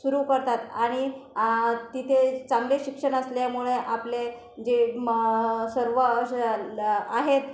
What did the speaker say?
सुरु करतात आणि तिथे चांगले शिक्षण असल्यामुळे आपले जे म सर्व आहेत